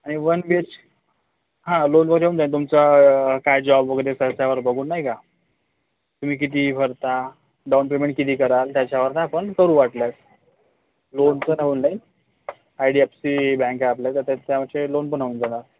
आणि one B H हं loan वगैरे होऊन जाईल तुमचं काय जॉब वगैरे करता त्यावर बघून नाही का तुम्ही किती भरता डाऊन पेमेंट किती कराल त्याच्यावरून आपण करू वाटल्यास लोनचं तर होऊन जाईल I D F C bank आहे आपलं तर त्याचेमधे लोन बनवून देणार